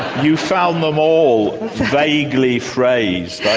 you found them all vaguely phrased. i